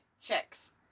chicks